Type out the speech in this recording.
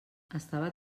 estava